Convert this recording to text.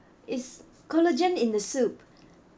it's collagen in the soup